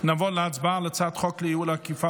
נעבור להצבעה בקריאה הראשונה על הצעת החוק לייעול האכיפה